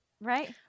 right